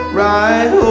right